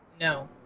No